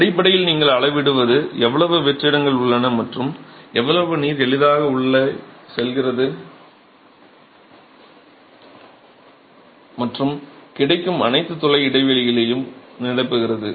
அடிப்படையில் நீங்கள் அளவிடுவது எவ்வளவு வெற்றிடங்கள் உள்ளன மற்றும் எவ்வளவு நீர் எளிதாக உள்ளே செல்கிறது மற்றும் கிடைக்கும் அனைத்து துளை இடைவெளிகளையும் நிரப்புகிறது